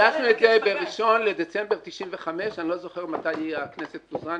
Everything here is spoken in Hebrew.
הגשנו את זה ב-1 בדצמבר 1995. אני לא זוכר מתי הכנסת פוזרה,